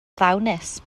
ddawnus